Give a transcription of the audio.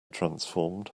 transformed